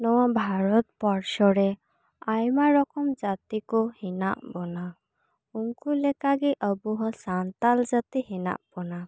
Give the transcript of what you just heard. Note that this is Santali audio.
ᱱᱚᱣᱟ ᱵᱷᱟᱨᱚᱛ ᱵᱚᱨᱥᱚ ᱨᱮ ᱟᱭᱢᱟ ᱨᱚᱠᱚᱢ ᱡᱟᱹᱛᱤ ᱠᱚ ᱦᱮᱱᱟᱜ ᱵᱚᱱᱟ ᱩᱱᱠᱩ ᱞᱮᱠᱟᱜᱮ ᱟᱵᱚ ᱦᱚᱸ ᱥᱟᱱᱛᱟᱲ ᱡᱟᱹᱛᱤ ᱦᱮᱱᱟᱜ ᱵᱚᱱᱟ